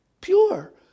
pure